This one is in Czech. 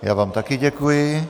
Já vám také děkuji.